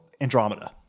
andromeda